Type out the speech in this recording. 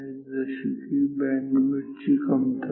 जसे की बँडविड्थ ची कमतरता